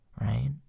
right